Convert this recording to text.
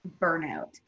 burnout